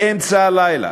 באמצע הלילה,